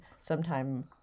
sometime